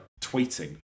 tweeting